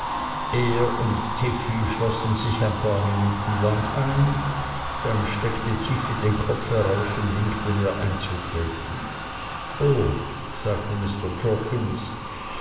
er und tiffey schlossen sich ein paar minuten lang ein dann steckte tiffey den kopf heraus und winkte mir einzutreten o sagte